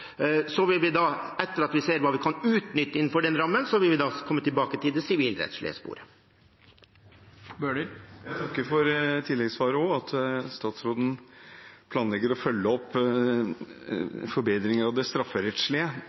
Etter at vi har sett på hva vi kan utnytte innenfor den rammen, vil vi komme tilbake til det sivilrettslige sporet. Jeg takker også for tilleggssvaret, og for at statsråden planlegger å følge opp forbedringer av det strafferettslige.